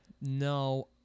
no